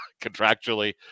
contractually